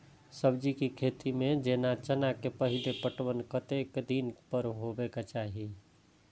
सब्जी के खेती में जेना चना के पहिले पटवन कतेक दिन पर हेबाक चाही?